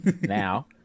Now